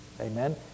Amen